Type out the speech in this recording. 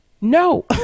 No